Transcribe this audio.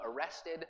arrested